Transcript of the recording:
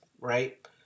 right